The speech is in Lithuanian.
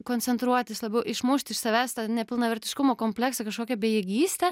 koncentruotis labiau išmušti iš savęs tą nepilnavertiškumo kompleksą kažkokią bejėgystę